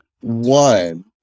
one